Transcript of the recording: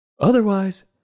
Otherwise